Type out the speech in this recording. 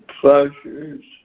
pleasures